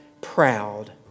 proud